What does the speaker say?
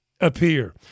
appear